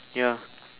ya